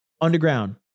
underground